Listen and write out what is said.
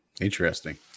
Interesting